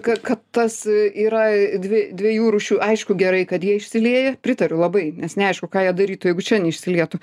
ka kad tas yra dvi dviejų rūšių aišku gerai kad jie išsilieja pritariu labai nes neaišku ką jie darytų jeigu čia neišsilietų